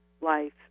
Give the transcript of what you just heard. life